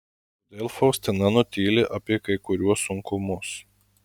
kodėl faustina nutyli apie kai kuriuos sunkumus